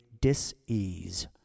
dis-ease